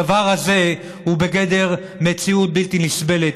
הדבר הזה הוא בגדר מציאות בלתי נסבלת.